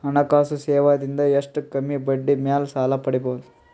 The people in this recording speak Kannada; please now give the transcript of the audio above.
ಹಣಕಾಸು ಸೇವಾ ದಿಂದ ಎಷ್ಟ ಕಮ್ಮಿಬಡ್ಡಿ ಮೇಲ್ ಸಾಲ ಪಡಿಬೋದ?